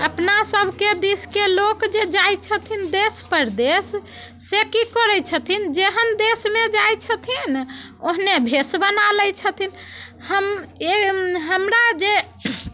अपना सबके दिसके लोक जे जाइत छथिन देश प्रदेश से की करैत छथिन जेहन देशमे जाइत छथिन ओहने भेष बना लय छथिन हमरा जे